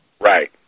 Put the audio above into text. Right